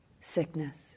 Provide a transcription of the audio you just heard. sickness